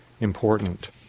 important